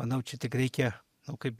manau čia tik reikia nu kaip